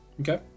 Okay